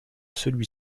celui